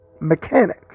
mechanic